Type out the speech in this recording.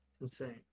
Insane